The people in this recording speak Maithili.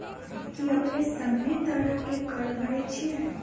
कि अपने सभ्भे तरहो के कर भरे छिये?